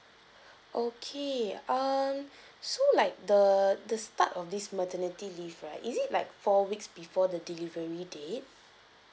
okay um so like the the start of this maternity leave right is it like four weeks before the delivery date